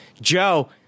Joe